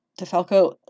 DeFalco